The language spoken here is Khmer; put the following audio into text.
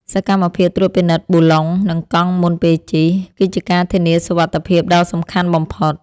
សកម្មភាពត្រួតពិនិត្យប៊ូឡុង និងកង់មុនពេលជិះ គឺជាការធានាសុវត្ថិភាពដ៏សំខាន់បំផុត។